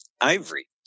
ivory